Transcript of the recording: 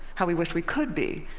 how we wish we could be,